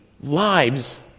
lives